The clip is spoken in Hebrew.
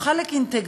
הוא חלק אינטגרלי